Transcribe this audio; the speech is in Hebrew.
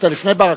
אתה לפני ברכה?